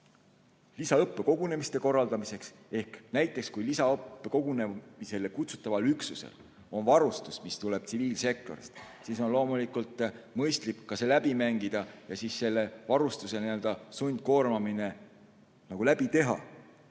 lisaõppekogunemiste korraldamiseks. Näiteks kui lisaõppekogunemisele kutsutaval üksusel on vaja varustust, mis tuleb tsiviilsektorist, siis on loomulikult mõistlik ka see läbi mängida, selle varustuse sundkoormamine läbi teha.